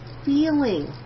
Feeling